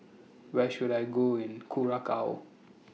Where should I Go in Curacao